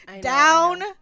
down